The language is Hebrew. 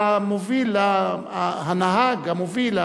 והמוביל, הנהג המוביל,